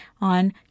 on